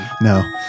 No